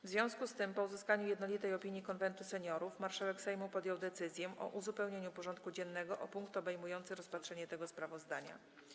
W związku z tym, po uzyskaniu jednolitej opinii Konwentu Seniorów, marszałek Sejmu podjął decyzję o uzupełnieniu porządku dziennego o punkt obejmujący rozpatrzenie tego sprawozdania.